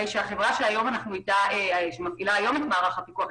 החברה שמפעילה היום את מערך הפיקוח,